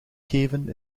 geven